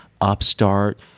upstart